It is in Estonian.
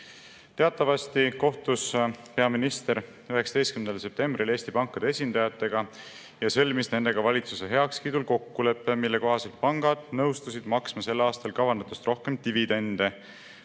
Teatavasti kohtus peaminister 19. septembril Eesti pankade esindajatega ja sõlmis nendega valitsuse heakskiidul kokkuleppe, mille kohaselt pangad nõustusid maksma sel aastal kavandatust rohkem dividende,